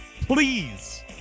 please